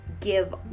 give